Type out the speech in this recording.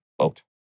vote